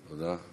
תודה.